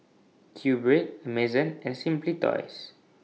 Q Bread Amazon and Simply Toys